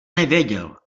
nevěděl